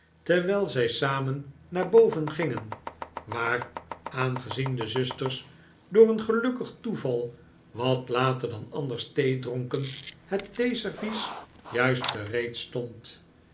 terwijl zij samen naar boven gingen waar aangezien de zusters door een gelukkig toeval wat later dan anders thee dronken het theeservies juist gereed stond